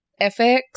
FX